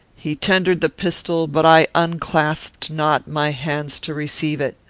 he tendered the pistol, but i unclasped not my hands to receive it.